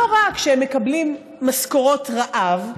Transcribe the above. לא רק שהם מקבלים משכורות רעב,